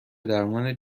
درمان